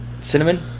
Cinnamon